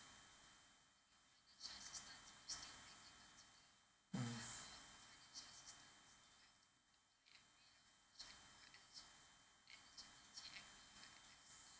mm